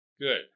Good